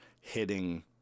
hitting